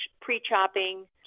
pre-chopping